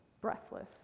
breathless